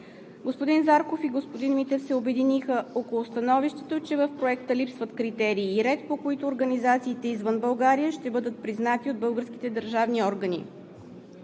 Господин Зарков и господин Митев се обединиха около становището, че в Проекта липсват критерии и ред, по които организациите извън България ще бъдат признати от българските държавни органи.